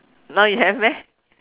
now you have meh